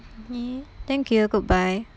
ya thank you goodbye